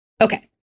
Okay